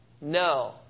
No